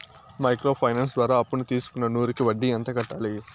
Micro finance ద్వారా అప్పును తీసుకున్న నూరు కి వడ్డీ ఎంత కట్టాలి?